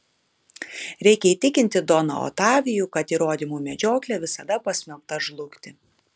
reikia įtikinti doną otavijų kad įrodymų medžioklė visada pasmerkta žlugti